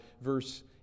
Verse